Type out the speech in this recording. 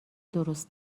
درست